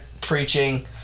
preaching